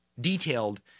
detailed